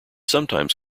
sometimes